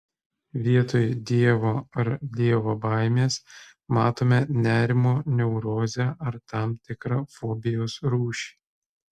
vietoj dievo ar dievo baimės matome nerimo neurozę ar tam tikrą fobijos rūšį